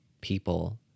people